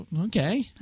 Okay